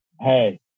Hey